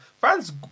fans